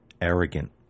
arrogant